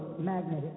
magnetic